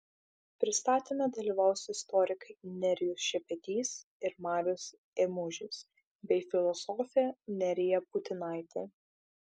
pristatyme dalyvaus istorikai nerijus šepetys ir marius ėmužis bei filosofė nerija putinaitė